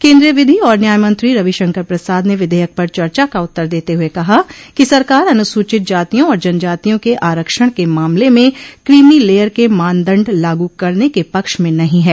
केन्द्रीय विधि और न्यायमंत्री रविशंकर प्रसाद ने विधेयक पर चर्चा का उत्तर देते हुए कहा कि सरकार अनुसूचित जातियों और जनजातियों के आरक्षण के मामले में क्रीमी लेयर के मानदंड लागू करने के पक्ष में नहीं है